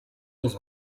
dans